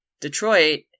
Detroit